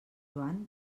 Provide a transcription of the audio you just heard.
joan